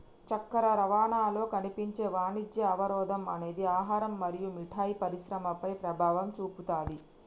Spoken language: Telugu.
చక్కెర రవాణాలో కనిపించే వాణిజ్య అవరోధం అనేది ఆహారం మరియు మిఠాయి పరిశ్రమపై ప్రభావం చూపుతాది